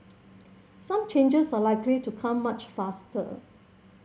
some changes are likely to come much faster